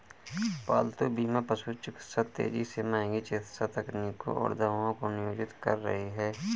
पालतू बीमा पशु चिकित्सा तेजी से महंगी चिकित्सा तकनीकों और दवाओं को नियोजित कर रही है